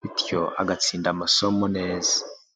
bityo agatsinda amasomo neza.